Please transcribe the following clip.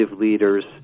leaders